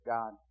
God